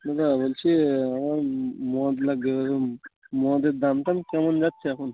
শোনো না বলছি আমার মদ লাগবে মদের দামটাম কেমন যাচ্ছে এখন